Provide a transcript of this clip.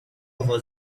over